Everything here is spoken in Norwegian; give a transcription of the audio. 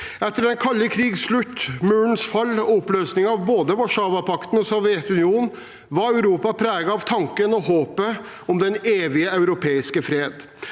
Etter den kalde krigens slutt, murens fall og oppløsningen av både Warszawapakten og Sovjetunionen var Europa preget av tanken og håpet om den evige europeiske fred.